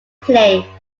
play